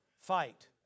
Fight